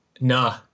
Nah